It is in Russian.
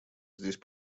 здесь